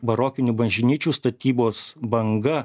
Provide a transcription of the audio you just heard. barokinių bažnyčių statybos banga